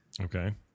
Okay